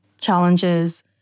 challenges